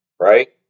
right